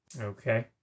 Okay